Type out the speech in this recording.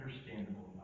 understandable